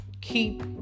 keep